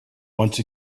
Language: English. once